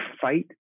fight